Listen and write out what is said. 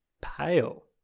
Pale